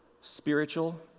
spiritual